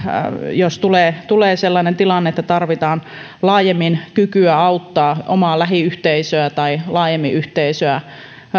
jos tulee tulee sellainen tilanne että tarvitaan laajemmin kykyä auttaa omaa lähiyhteisöä tai laajemmin yhteisöä